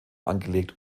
angelegt